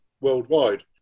worldwide